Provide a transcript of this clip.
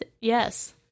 Yes